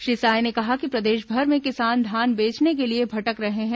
श्री साय ने कहा कि प्रदेशभर में किसान धान बेचने के लिए भटक रहे हैं